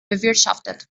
bewirtschaftet